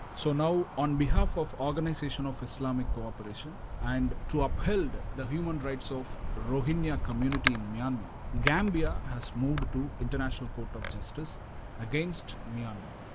so, now, on behalf of organisation of islamic cooperation, and to upheld the human rights of rohingya community in myanmar, gambia has moved to international court of justice against myanmar.